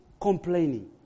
complaining